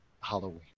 Halloween